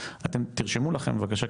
תרשמו בבקשה,